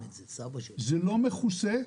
זה לא מכוסה.